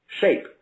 shape